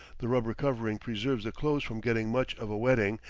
the rubber covering preserves the clothes from getting much of a wetting,